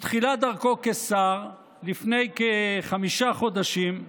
בתחילת דרכו כשר, לפני כחמישה חודשים,